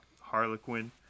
Harlequin